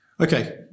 Okay